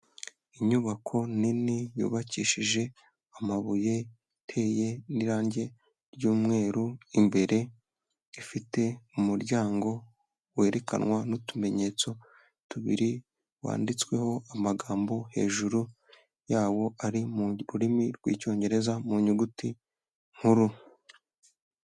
Inyubako nini yubakishije amabuye, iteye n'irangi ry'umweru imbere, ifite umuryango werekanwa n'utumenyetso tubiri, wanditsweho amagambo hejuru yawo ari mu rurimi rw'icyongereza mu nyuguti nkuru.